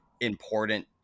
important